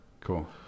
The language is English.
cool